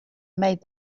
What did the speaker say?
made